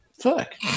Fuck